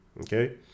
Okay